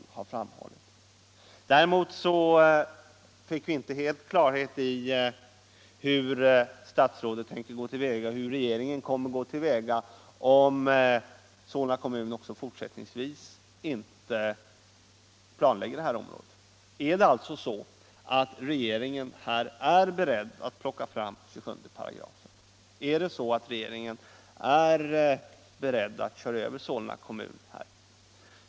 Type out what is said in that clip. Däremot fick vi inte full klarhet i hur statsrådet och regeringen kommer att gå till väga om Solna kommun inte heller fortsättningsvis planlägger området i fråga. Är regeringen alltså här beredd att plocka fram 27 §? Är regeringen inställd på att köra över Solna kommun?